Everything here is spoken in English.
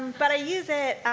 but i use it,